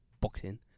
boxing